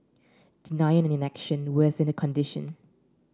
denial and inaction worsened condition